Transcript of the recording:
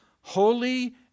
holy